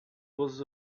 was